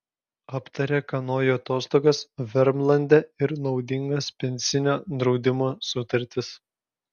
aptarė kanojų atostogas vermlande ir naudingas pensinio draudimo sutartis